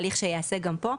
כמו התהליך שייעשה גם פה,